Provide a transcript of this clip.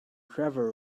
trevor